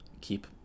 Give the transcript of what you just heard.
keep